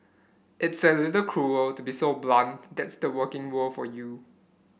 it's a little cruel to be so blunt that's the working world for you